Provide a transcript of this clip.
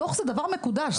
דוח זה דבר מקודש.